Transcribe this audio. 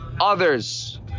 others